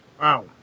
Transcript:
Wow